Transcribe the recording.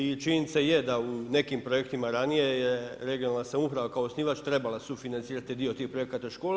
I činjenica je da u nekim projektima ranije je regionalna samouprava kao osnivač trebala sufinancirati dio tih projekata škola.